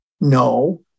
no